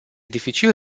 dificil